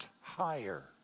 higher